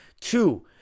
Two